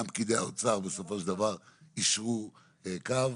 גם פקידי האוצר בסופו של דבר יישרו קו.